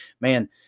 man